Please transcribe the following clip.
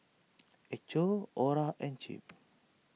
Echo Orra and Chip